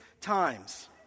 times